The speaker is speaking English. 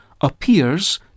appears